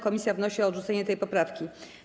Komisja wnosi o odrzucenie tej poprawki.